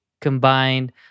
combined